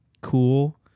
cool